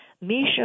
Misha